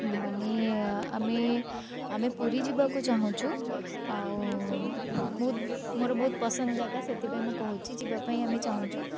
ମାନେ ଆମେ ଆମେ ପୁରୀ ଯିବାକୁ ଚାହୁଁଛୁ ଆଉ ବହୁତ ମୋର ବହୁତ ପସନ୍ଦ ଜାଗା ସେଥିପାଇଁ ମୁଁ କହୁଛି ଯିବାପାଇଁ ଆମେ ଚାହୁଁଛୁ